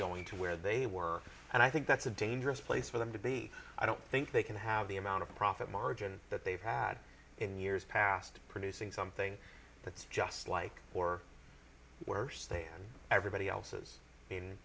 going to where they were and i think that's a dangerous place for them to be i don't think they can have the amount of profit margin that they've had in years past producing something that's just like or worse than everybody else's in